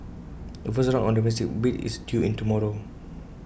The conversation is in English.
the first round of domestic bids is due in tomorrow